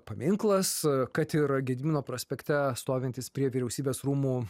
paminklas kad yra gedimino prospekte stovintis prie vyriausybės rūmų